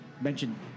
mentioned